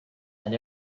and